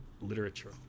literature